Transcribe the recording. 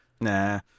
Nah